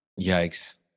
Yikes